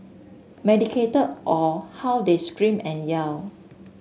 medicated or how they screamed and yell